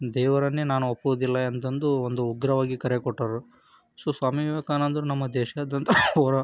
ದೇವರನ್ನೇ ನಾನು ಒಪ್ಪುದಿಲ್ಲ ಎಂತಂದು ಒಂದು ಉಗ್ರವಾಗಿ ಕರೆ ಕೊಟ್ಟರು ಸೊ ಸ್ವಾಮಿ ವಿವೇಕಾನಂದರು ನಮ್ಮ ದೇಶಾದ್ಯಂತ ಹೊರ